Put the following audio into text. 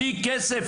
בלי כסף.